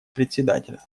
председателя